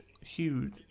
huge